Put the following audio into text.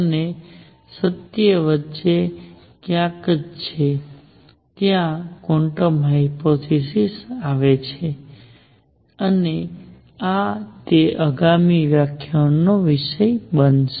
અને સત્ય વચ્ચે ક્યાંક છે અને ત્યાં જ ક્વોન્ટમ હાયપોથેસિસ આવે છે અને તે આગામી વ્યાખ્યાનનો વિષય બનશે